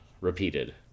repeated